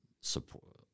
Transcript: support